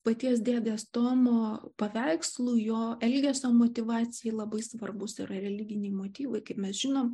paties dėdės tomo paveikslui jo elgesio motyvacijai labai svarbūs yra religiniai motyvai kaip mes žinom